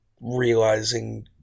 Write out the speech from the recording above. realizing